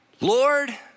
Lord